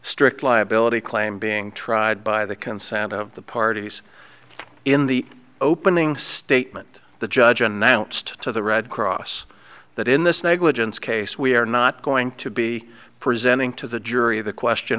strict liability claim being tried by the consent of the parties in the opening statement the judge announced to the red cross that in this negligence case we are not going to be presenting to the jury the question